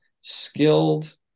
skilled